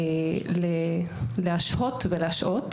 להשהות ולהשעות